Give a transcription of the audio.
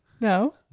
No